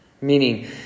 Meaning